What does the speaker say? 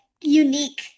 unique